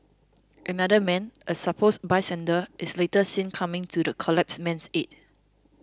another man a supposed bystander is later seen coming to the collapsed man's aid